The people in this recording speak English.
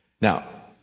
Now